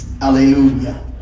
Hallelujah